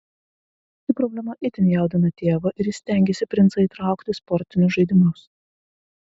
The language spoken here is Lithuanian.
ši problema itin jaudina tėvą ir jis stengiasi princą įtraukti į sportinius žaidimus